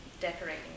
decorating